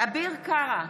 אביר קארה,